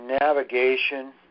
navigation